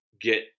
get